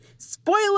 Spoiler